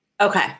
Okay